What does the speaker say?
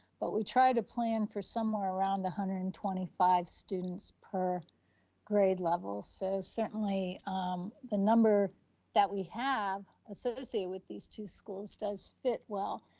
but we try to plan for somewhere around one hundred and twenty five students per grade level. so certainly um the number that we have associated with these two schools does fit well.